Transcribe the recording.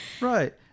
Right